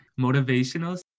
motivational